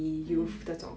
mm